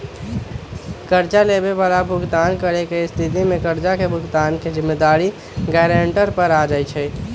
कर्जा लेबए बला भुगतान न करेके स्थिति में कर्जा के भुगतान के जिम्मेदारी गरांटर पर आ जाइ छइ